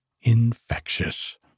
infectious